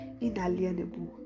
inalienable